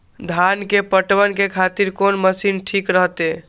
धान के पटवन के खातिर कोन मशीन ठीक रहते?